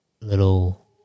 little